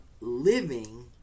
living